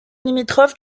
limitrophe